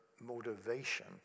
motivation